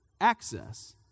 access